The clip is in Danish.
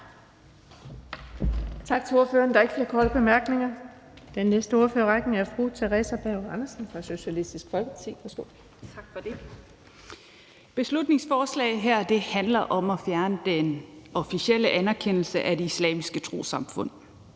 Folkeparti foreslår i dag at fjerne den officielle anerkendelse af det islamiske trossamfund